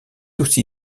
aussi